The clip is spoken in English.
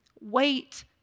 Wait